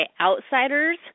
outsiders